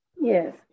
Yes